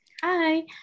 Hi